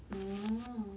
oo